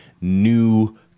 new